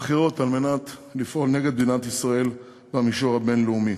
אחרות על מנת לפעול נגד מדינת ישראל במישור הבין-לאומי.